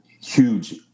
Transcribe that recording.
huge